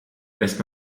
lässt